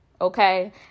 Okay